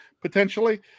potentially